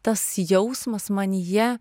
tas jausmas man jie